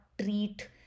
treat